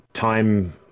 time